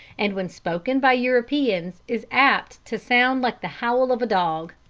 and when spoken by europeans is apt to sound like the howl of a dog.